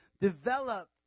develop